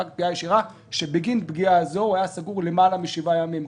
המבצע ושבגין פגיעה זו הוא היה סגור יותר משבעה ימים.